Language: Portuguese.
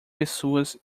pessoas